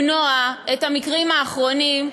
יכולים למנוע את המקרים האחרונים,